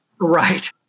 Right